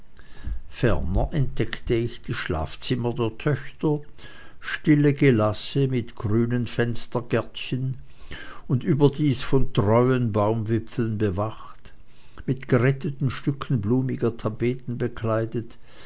ferner entdeckte ich die schlafzimmer der töchter stille gelasse mit grünen fenstergärtchen und überdies von treuen baumwipfeln bewacht mit geretteten stücken blumiger tapeten bekleidet